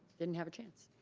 didn't have a chance.